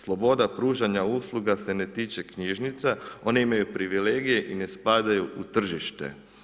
Sloboda pružanja usluga se ne tiče knjižnica, one imaju privilegije i ne spadaju u tržište.